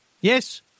Yes